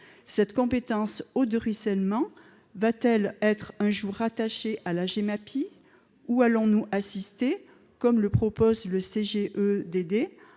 Cette compétence « eaux de ruissellement » sera-t-elle un jour rattachée à la Gemapi ? Ou allons-nous assister, comme le propose le CGEDD,